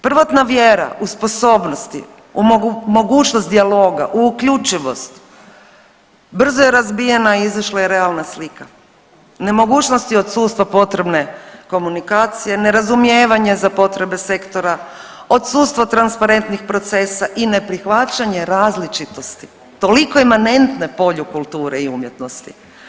Prvotna vjera u sposobnosti, u mogućnost dijaloga, u uključivost brzo je razbijena i izašla je realna slika, nemogućnosti odsustva potrebne komunikacije, nerazumijevanje za potrebe sektora, odsustvo transparentnih procesa i neprihvaćanje različitosti toliko imanentne polju kulture i umjetnosti.